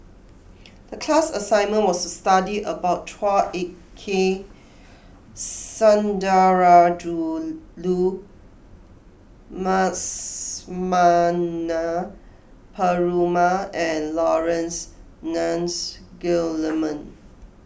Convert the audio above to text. the class assignment was to study about Chua Ek Kay Sundarajulu Perumal and Laurence Nunns Guillemard